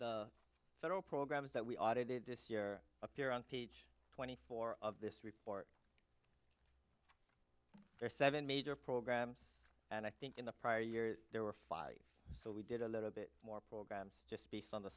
the federal programs that we audited this year appear on page twenty four of this report there are seven major programs and i think in the prior year there were five so we did a little bit more programs just based on the